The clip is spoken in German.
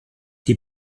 die